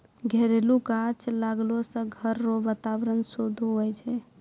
घरेलू गाछ लगैलो से घर रो वातावरण शुद्ध हुवै छै